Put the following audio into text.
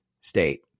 state